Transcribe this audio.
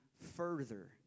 further